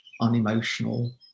unemotional